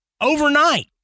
overnight